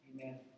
Amen